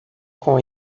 com